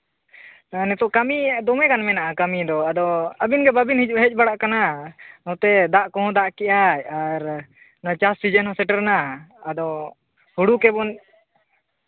ᱟᱨ ᱱᱤᱛᱚᱜ ᱠᱟᱹᱢᱤ ᱫᱚᱢᱮ ᱜᱟᱱ ᱢᱮᱱᱟᱜᱼᱟ ᱠᱟᱹᱢᱤ ᱫᱚ ᱟᱫᱚ ᱟᱹᱵᱤᱱᱜᱮ ᱵᱟᱹᱵᱤᱱ ᱦᱮᱡ ᱵᱟᱲᱟᱜ ᱠᱟᱱᱟ ᱱᱚᱛᱮ ᱫᱟᱜ ᱠᱚᱦᱚᱸᱭ ᱫᱟᱜ ᱠᱮᱫᱟᱭ ᱟᱨ ᱚᱱᱟ ᱪᱟᱥ ᱥᱤᱡᱤᱱ ᱦᱚᱸ ᱥᱮᱴᱮᱨᱮᱱᱟ ᱟᱫᱚ ᱦᱩᱲᱩ ᱜᱮᱵᱚᱱ